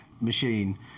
machine